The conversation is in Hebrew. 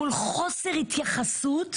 מול חוסר התייחסות,